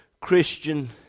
Christian